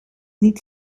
niet